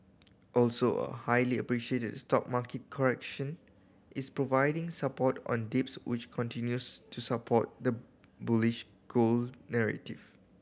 also a highly anticipated stock market correction is providing support on dips which continues to support the bullish gold narrative